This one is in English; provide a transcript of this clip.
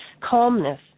calmness